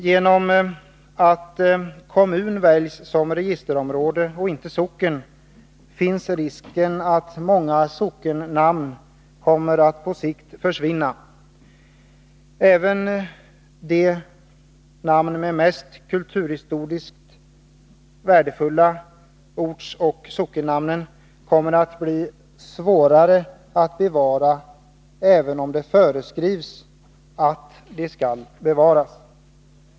I och med att kommun, inte socken, väljs som registerområde, föreligger en risk att många sockennamn på sikt kommer att försvinna. Även de kulturhistoriskt sett mest värdefulla ortoch sockennamnen kommer att bli svårare att bevara, även om det föreskrivs att dessa skall bevaras.